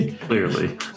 Clearly